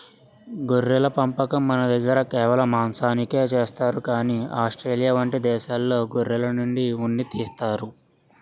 గొర్రెల పెంపకం మనదగ్గర కేవలం మాంసానికే చేస్తారు కానీ ఆస్ట్రేలియా వంటి దేశాల్లో గొర్రెల నుండి ఉన్ని తీస్తారు